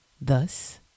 Thus